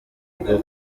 bwo